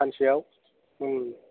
सानसेयाव